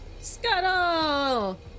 Scuttle